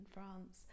France